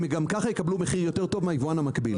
הם גם ככה יקבלו מחיר טוב יותר מהיבואן המקביל.